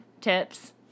Tips